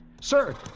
Sir